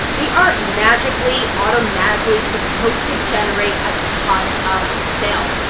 they are magically, automatically, supposed to generate a ton of sales.